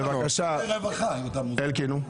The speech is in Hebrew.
בבקשה, אלקין.